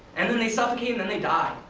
and then they suffocate and then they die.